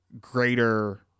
greater